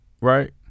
Right